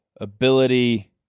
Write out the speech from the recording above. ability